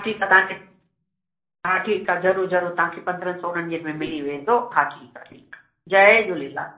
हा ठीकु आहे तव्हां खे हा ठीकु आहे ज़रूरु ज़रूरु तव्हां खे पंद्रहंनि सोरहंनि ॾींहंनि में मिली वेंदो ठीकु आहे ठीकु आहे जय झूलेलाल